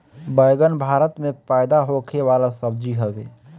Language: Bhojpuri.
बैगन भारत में पैदा होखे वाला सब्जी हवे